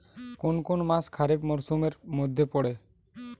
কোন কোন মাস খরিফ মরসুমের মধ্যে পড়ে?